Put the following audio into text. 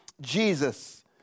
Jesus